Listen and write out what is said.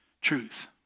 truth